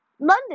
London